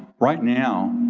right now,